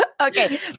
Okay